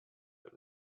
that